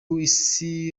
isi